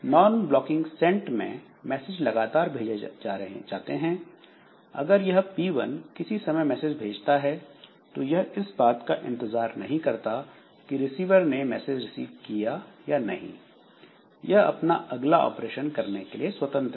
non-blocking send में message लगातार भेजे जाते हैं अगर यह P1 किसी समय मैसेज भेजता है तो यह इस बात का इंतजार नहीं करता कि रिसीवर ने मैसेज रिसीव किया या नहीं यह अपना अगला ऑपरेशन करने के लिए स्वतंत्र है